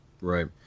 right